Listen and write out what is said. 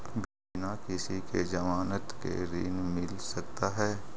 बिना किसी के ज़मानत के ऋण मिल सकता है?